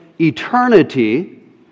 eternity